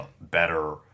better